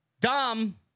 Dom